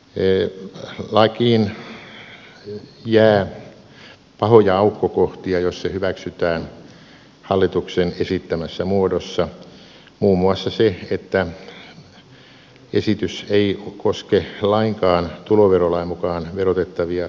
lakiin jää pahoja aukkokohtia jos se hyväksytään hallituksen esittämässä muodossa muun muassa se että esitys ei koske lainkaan tuloverolain mukaan verotettavia yhtiöitä